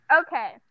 Okay